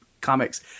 comics